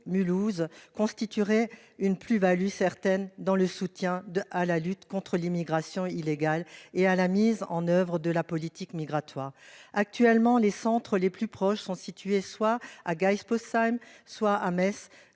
Mulhouse constituerait une plus-Value certaine dans le soutien à la lutte contre l'immigration illégale et à la mise en oeuvre de la politique migratoire actuellement les centres les plus proches sont situés soit à Geispolsheim soit à Metz